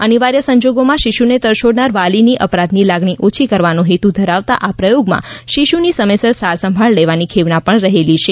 અનિવાર્ય સંજોગોમાં શિશ્વને તરછોડનાર વાલીની અપરાધની લાગણી ઓછી કરવાનો હેતુ ધરાવતા આ પ્રચોગમાં શિશુની સમયસર સાર સંભાળ લેવાની ખેવના પણ રહેલી છે